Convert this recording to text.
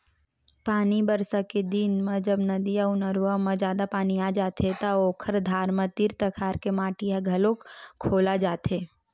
पानी बरसा के दिन म जब नदिया अउ नरूवा म जादा पानी आ जाथे त ओखर धार म तीर तखार के माटी ह घलोक खोला जाथे